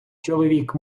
чоловік